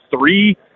three